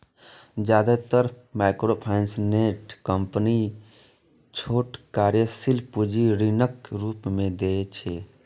जादेतर microfinance company छोट कार्यशील पूंजी ऋणक रूप मे दै छै